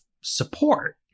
support